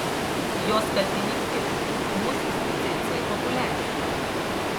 jos kaltininkė musės cėcė populiacija